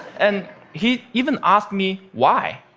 and he even asked me, why?